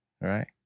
Right